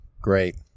great